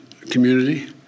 community